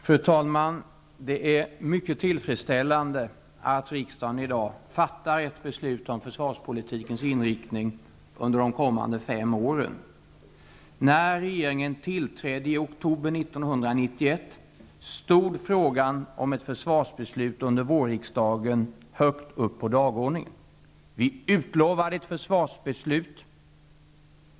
Fru talman! Det är mycket tillfredsställande att riksdagen i dag fattar ett beslut om försvarspolitikens inriktning under de kommande fem åren. När regeringen tillträdde i oktober 1991 stod frågan om ett försvarsbeslut under vårriksdagen högt upp på dagordningen. Vi utlovade ett försvarsbeslut.